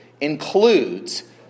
includes